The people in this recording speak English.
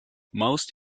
most